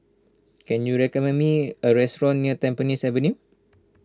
can you recommend me a restaurant near Tampines Avenue